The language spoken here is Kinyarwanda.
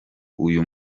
uyu